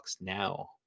now